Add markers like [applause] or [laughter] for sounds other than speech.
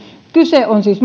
kyse on siis [unintelligible]